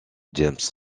james